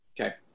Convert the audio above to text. Okay